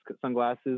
sunglasses